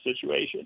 situation